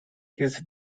his